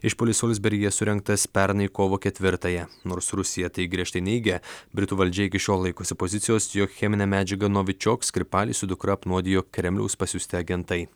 išpuolis solsberyje surengtas pernai kovo ketvirtąją nors rusija tai griežtai neigia britų valdžia iki šiol laikosi pozicijos jog cheminę medžiagą novičiok skripalį su dukra apnuodijo kremliaus pasiųsti agentai